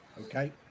okay